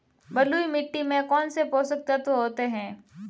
बलुई मिट्टी में कौनसे पोषक तत्व होते हैं?